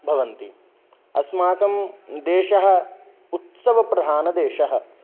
भवन्ति अस्माकं देशः उत्सवप्रधानदेशः